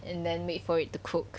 and then wait for it to cook